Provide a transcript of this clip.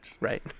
right